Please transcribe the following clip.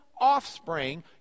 offspring